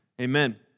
Amen